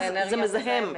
זה מזהם.